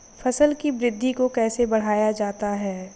फसल की वृद्धि को कैसे बढ़ाया जाता हैं?